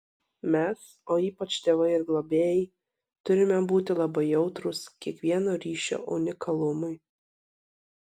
mes o ypač tėvai ir globėjai turime būti labai jautrūs kiekvieno ryšio unikalumui